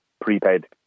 prepaid